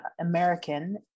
American